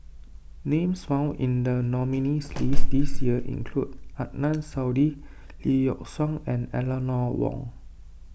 names found in the nominees' list this year include Adnan Saidi Lee Yock Suan and Eleanor Wong